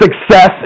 Success